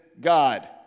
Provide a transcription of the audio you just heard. God